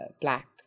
black